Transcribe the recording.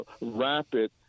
rapid